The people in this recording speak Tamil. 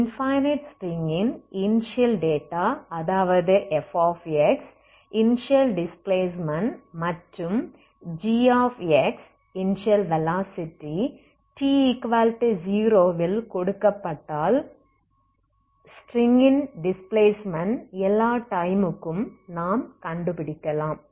ஆகவே இன்பனைட் ஸ்ட்ரிங் -ன் இனிஷியல் டேட்டா அதாவது f இனிஷியல் டிஸ்பிளேஸ்ட்மென்ட் மற்றும் g இனிஷியல் வெலாசிட்டி t0 ல் கொடுக்க பட்டால் ஸ்ட்ரிங் -ன் டிஸ்பிளேஸ்ட்மென்ட் எல்லா டைம் க்கும் நாம் கண்டுபிடிக்கலாம்